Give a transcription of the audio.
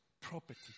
property